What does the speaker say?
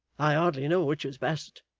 i hardly know which is best.